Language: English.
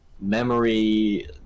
memory